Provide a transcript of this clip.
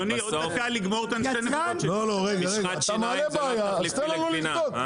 בסוף, משחת שיניים זה לא תחליף לגבינה.